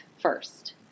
first